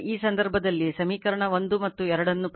ಆದ್ದರಿಂದ ಈ ಸಂದರ್ಭದಲ್ಲಿ ಸಮೀಕರಣ 1 ಮತ್ತು 2 ಅನ್ನು ಪರಿಹರಿಸಿದರೆ i1 1